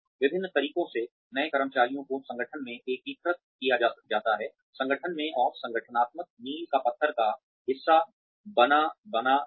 विभिन्न तरीकों से नए कर्मचारियों को संगठन में एकीकृत किया जाता है संगठन में और संगठनात्मक मील का पत्थर का हिस्सा बनाबना दिया